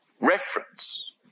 reference